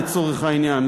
לצורך העניין,